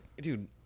dude